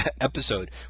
episode